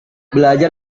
belajar